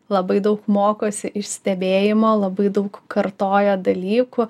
labai daug mokosi iš stebėjimo labai daug kartoja dalykų